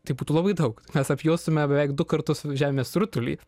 tai būtų labai daug mes apjuostame beveik du kartus žemės rutulį